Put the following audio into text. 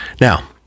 Now